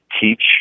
teach